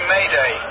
Mayday